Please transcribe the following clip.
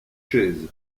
chaise